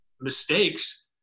mistakes –